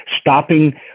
stopping